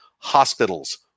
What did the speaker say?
hospitals